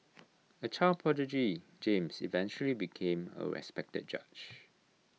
A child prodigy James eventually became A respected judge